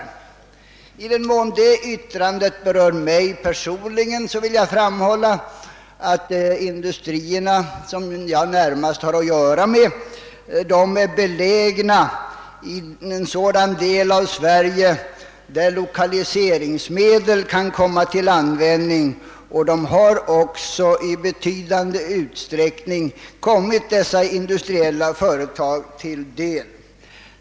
I den mån det yttrandet avser mig personligen vill jag framhålla, att de industrier jag närmast har att göra med är belägna i den del av Sverige där lokaliseringsmedel kan användas för sådana ändar mål, och de har också i betydande utsträckning kommit dessa industriföretag till del.